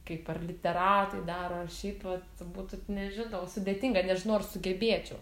kaip ar literatai daro ar šiaip vat būtų nežinau sudėtinga nežinau ar sugebėčiau